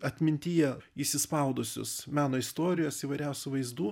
atmintyje įsispaudusius meno istorijos įvairiausių vaizdų